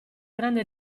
grande